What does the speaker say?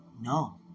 No